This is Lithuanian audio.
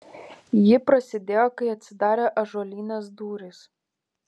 ji prasidėjo kai atsidarė ąžuolinės durys